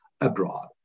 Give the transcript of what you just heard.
abroad